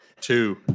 Two